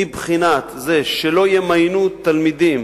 מבחינת זה שלא ימיינו תלמידים,